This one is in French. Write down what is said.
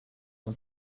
son